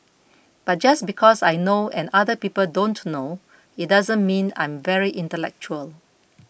but just because I know and other people don't know it doesn't mean I'm very intellectual